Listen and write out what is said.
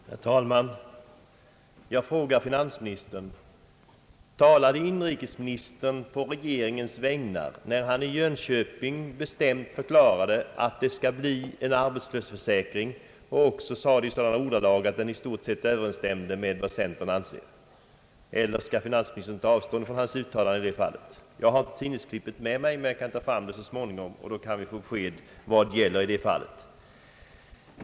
Herr talman! Jag frågar finansministern: Talade inrikesministern på regeringens vägnar när han i Jönköping bestämt förklarade att det skall bli en arbetslöshetsförsäkring och gjorde det i sådana ordalag som i stort sett överensstämmer med vad centern anser? Eller skall finansministern ta avstånd från detta uttalande? Jag har inte tidningsurklippet med mig, men jag kan få fram det så småningom, och då kan vi få besked om vad som sades.